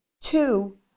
Two